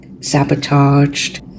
sabotaged